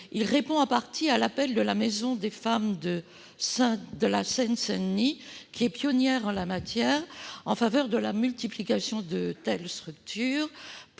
répond en partie à l'appel de la Maison des femmes de Seine-Saint-Denis, pionnière en la matière, qui milite pour la multiplication de telles structures.